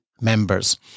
members